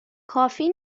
کافی